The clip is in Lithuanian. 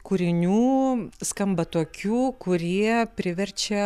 kūrinių skamba tokių kurie priverčia